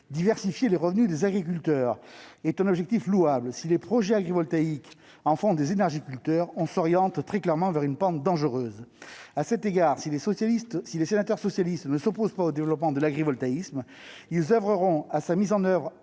Diversifier les revenus des agriculteurs est un objectif louable. Si les projets agrivoltaïques en font des « énergiculteurs », on s'engage très clairement sur une pente dangereuse. À cet égard, si les sénateurs socialistes ne s'opposent pas au développement de l'agrivoltaïsme, ils oeuvreront à sa mise en place